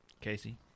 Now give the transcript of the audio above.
Casey